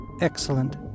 Excellent